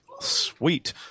Sweet